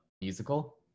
musical